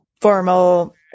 formal